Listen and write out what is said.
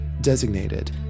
designated